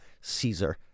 Caesar